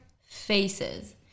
faces